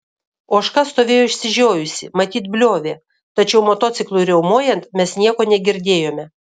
ožka stovėjo išsižiojusi matyt bliovė tačiau motociklui riaumojant mes nieko negirdėjome